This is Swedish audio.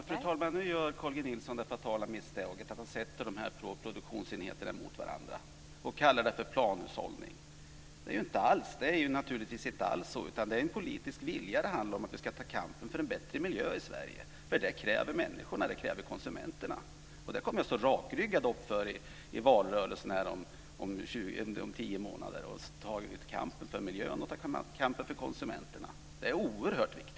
Fru talman! Nu gör Carl G Nilsson det fatala misstaget att sätta de här två produktionsenheterna mot varandra och att kalla det planhushållning. Det är inte alls så. Det handlar om en politisk vilja att vi ska ta kampen för en bättre miljö i Sverige. Det kräver konsumenterna. Jag kommer att stå rakryggad för det i valrörelsen om tio månader, i kampen för miljön och kampen för konsumenterna. Det är oerhört viktigt.